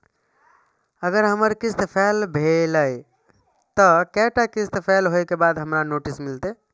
अगर हमर किस्त फैल भेलय त कै टा किस्त फैल होय के बाद हमरा नोटिस मिलते?